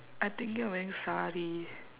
I thinking of wearing sari